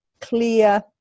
clear